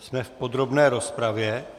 Jsme v podrobné rozpravě.